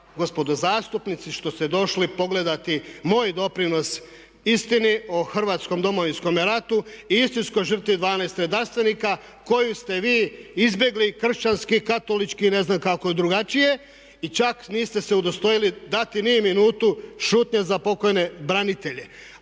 gospodo zastupnici što ste došli pogledati moj doprinos istini o hrvatskom Domovinskome ratu i istinskoj žrtvi 12 redarstvenika koju ste vi izbjegli kršćanski i ne znam kako drugačije i čak niste se udostojili dati ni minutu šutnje za pokojne branitelje.